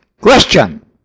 question